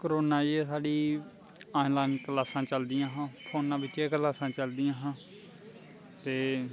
corona च साढ़ी online क्लासां चलदियां हां फोना बिच्च गै क्लासां चलदियां हां ते